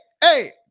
Hey